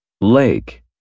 lake